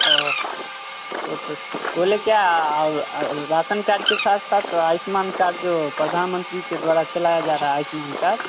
ओ आ फोटो बोले क्या और आ राशन कार्ड के साथ साथ आयुष्मान कार्ड जो प्रधानमंत्री के द्वारा चलाया जा रहा आयुष्मान कार्ड